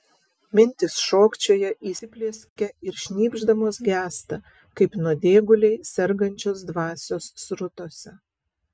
mintys šokčioja įsiplieskia ir šnypšdamos gęsta kaip nuodėguliai sergančios dvasios srutose